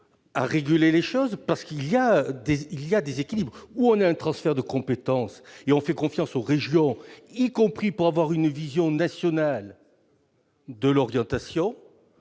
à réguler les choses, car il y a déséquilibre. Soit il y a transfert de compétences, et on fait confiance aux régions, y compris pour avoir une vision nationale de l'orientation,